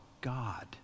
God